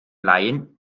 laien